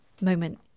moment